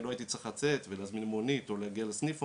אם לא הייתי צריך לצאת ולהזמין מונית ולהגיע לסניף,